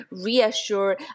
reassure